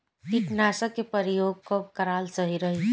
कीटनाशक के प्रयोग कब कराल सही रही?